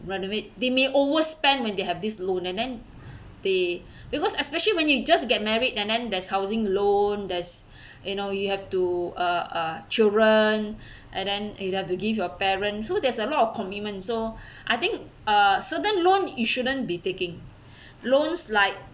renovate they may overspend when they have this loan and then they because especially when you just get married and then there's housing loan there's you know you have to uh uh children and then you have to give your parents so there's a lot of commitments so I think uh certain loan you shouldn't be taking loans like